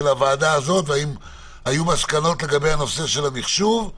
הוועדה הזאת והאם היו מסקנות לגבי הנושא של המחשוב?